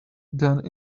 than